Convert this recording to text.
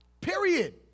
Period